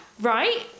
right